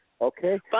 Okay